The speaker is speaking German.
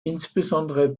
insbesondere